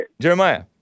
Jeremiah